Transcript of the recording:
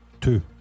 Two